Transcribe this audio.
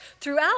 throughout